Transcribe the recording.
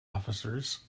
officers